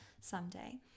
someday